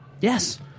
Yes